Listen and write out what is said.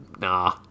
Nah